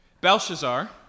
Belshazzar